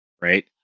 right